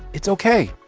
it's ok.